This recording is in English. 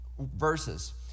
Verses